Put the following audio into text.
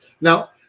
Now